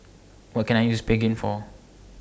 What Can I use Pregain For